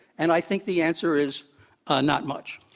and i think the answer is not much.